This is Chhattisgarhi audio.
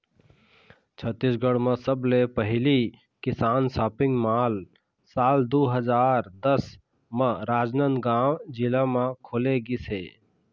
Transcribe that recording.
छत्तीसगढ़ म सबले पहिली किसान सॉपिंग मॉल साल दू हजार दस म राजनांदगांव जिला म खोले गिस हे